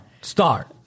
start